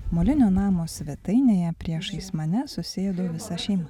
molinio namo svetainėje priešais mane susiję su visa šeima